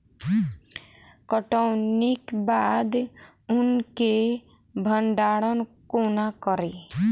कटौनीक बाद अन्न केँ भंडारण कोना करी?